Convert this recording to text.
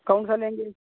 कौन सा लेंगे